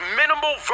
minimal